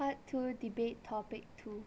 part two debate topic two